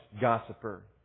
gossiper